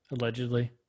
allegedly